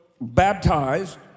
baptized